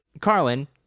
Carlin